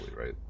right